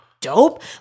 dope